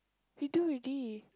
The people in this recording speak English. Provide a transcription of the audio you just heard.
we do already